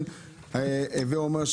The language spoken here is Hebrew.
הווה אומר,